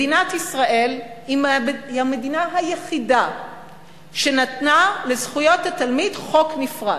מדינת ישראל היא המדינה היחידה שנתנה לזכויות התלמיד חוק נפרד.